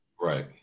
Right